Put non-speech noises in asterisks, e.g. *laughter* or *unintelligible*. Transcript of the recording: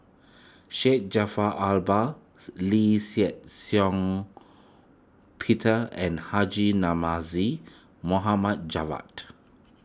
Syed Jaafar Albar *unintelligible* Lee Shih Shiong Peter and Haji Namazie Mohamed Javad